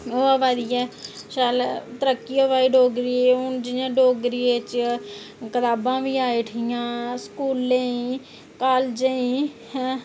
होआ दी ऐ चल तरक्की होआ दी ऐ डोगरी हून जियां डोगरी च कताबां बी आई उठियां स्कूलें कॉलेजें ई